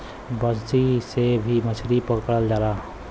बंसी से भी मछरी पकड़ल जाला